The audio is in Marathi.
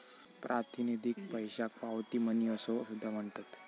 प्रातिनिधिक पैशाक पावती मनी असो सुद्धा म्हणतत